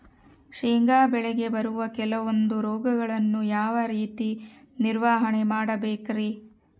ಶೇಂಗಾ ಬೆಳೆಗೆ ಬರುವ ಕೆಲವೊಂದು ರೋಗಗಳನ್ನು ಯಾವ ರೇತಿ ನಿರ್ವಹಣೆ ಮಾಡಬೇಕ್ರಿ?